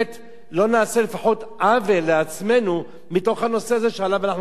לא נעשה לפחות עוול לעצמנו מתוך הנושא הזה שעליו אנחנו רוצים לדבר.